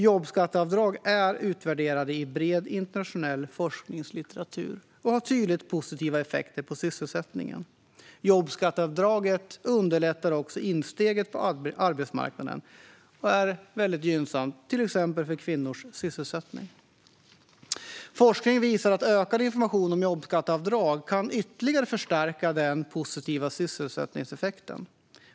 Jobbskatteavdrag är utvärderade i bred internationell forskningslitteratur och har tydligt positiva effekter på sysselsättningen. Jobbskatteavdraget underlättar också insteget på arbetsmarknaden och är väldigt gynnsamt till exempel för kvinnors sysselsättning. Forskning visar att ökad information om jobbskatteavdrag ytterligare kan förstärka den positiva sysselsättningseffekten.